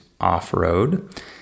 off-road